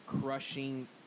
crushing